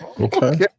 Okay